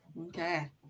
okay